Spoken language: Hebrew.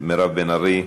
מירב בן ארי?